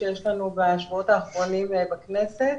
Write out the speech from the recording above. על המהות של התוכנית.